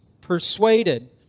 persuaded